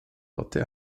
hatte